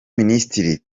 minisitiri